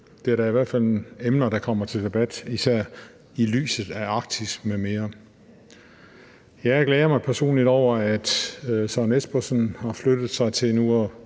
Det er da i hvert fald emner, der kommer til debat, især set i lyset af Arktis m.m. Jeg glæder mig personligt over, at Søren Espersen har flyttet sig til nu